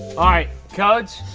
all right, codes,